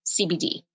CBD